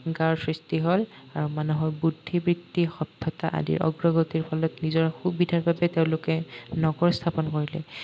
গাঁৱৰ সৃষ্টি হ'ল আৰু মানুহৰ বুদ্ধি বৃত্তি সভ্যতা আদিৰ অগ্ৰগতিৰ ফলত নিজৰ সুবিধাৰ বাবে তেওঁলোকে নগৰ স্থাপন কৰিলে